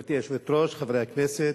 גברתי היושבת-ראש, חברי הכנסת,